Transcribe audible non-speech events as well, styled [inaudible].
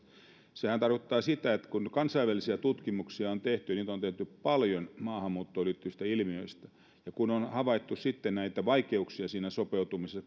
sehän tarkoittaa sitä että kun on tehty kansainvälisiä tutkimuksia niitä on tehty paljon maahanmuuttoon liittyvistä ilmiöstä ja kun on havaittu näitä vaikeuksia siinä sopeutumisessa [unintelligible]